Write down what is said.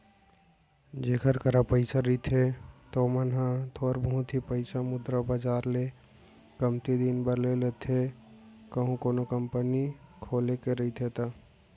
जेखर करा पइसा रहिथे त ओमन ह थोर बहुत ही पइसा मुद्रा बजार ले कमती दिन बर ले लेथे कहूं कोनो कंपनी खोले के रहिथे ता